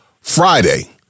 Friday